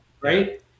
right